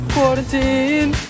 Quarantine